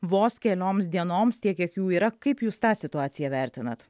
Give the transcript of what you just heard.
vos kelioms dienoms tiek kiek jų yra kaip jūs tą situaciją vertinat